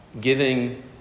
giving